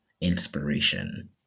inspiration